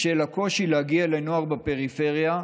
בשל הקושי להגיע לנוער בפריפריה,